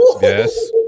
Yes